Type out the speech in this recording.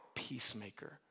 peacemaker